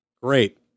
Great